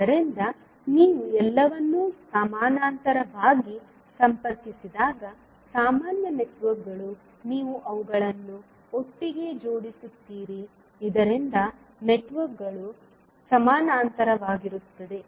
ಆದ್ದರಿಂದ ನೀವು ಎಲ್ಲವನ್ನೂ ಸಮಾನಾಂತರವಾಗಿ ಸಂಪರ್ಕಿಸಿದಾಗ ಸಾಮಾನ್ಯ ನೆಟ್ವರ್ಕ್ಗಳು ನೀವು ಅವುಗಳನ್ನು ಒಟ್ಟಿಗೆ ಜೋಡಿಸುತ್ತೀರಿ ಇದರಿಂದ ನೆಟ್ವರ್ಕ್ಗಳು ಸಮಾನಾಂತರವಾಗಿರುತ್ತವೆ